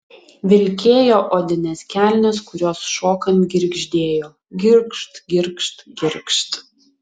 vilkėjo odines kelnes kurios šokant girgždėjo girgžt girgžt girgžt